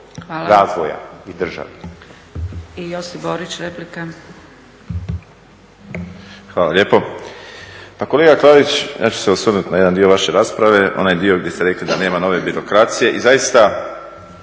replika. **Borić, Josip (HDZ)** Hvala lijepo. Pa kolega Klarić, ja ću se osvrnuti na jedan dio vaše rasprave, onaj dio gdje ste rekli da nema nove birokracije i zaista